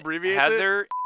Heather